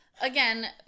again